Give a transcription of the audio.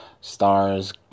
stars